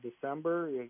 December